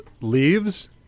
leaves